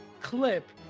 clip